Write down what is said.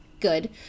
good